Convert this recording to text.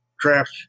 traps